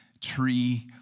tree